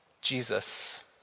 Jesus